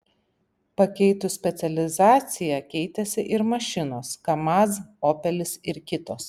pakeitus specializaciją keitėsi ir mašinos kamaz opelis ir kitos